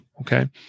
okay